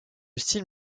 style